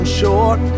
short